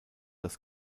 das